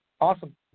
Awesome